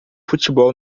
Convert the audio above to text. futebol